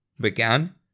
began